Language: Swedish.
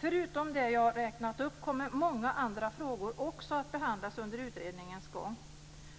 Förutom det jag har räknat upp kommer många andra frågor också att behandlas under utredningens gång.